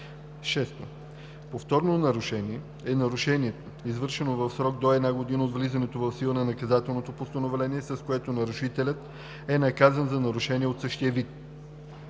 6. „Повторно нарушение“ е нарушението, извършено в срок до една година от влизането в сила на наказателното постановление, с което нарушителят е наказан за нарушение от същия вид.